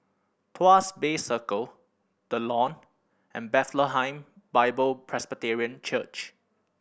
Tuas Bay Circle The Lawn and Bethlehem Bible Presbyterian Church